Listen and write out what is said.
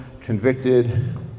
convicted